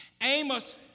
amos